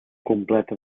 completa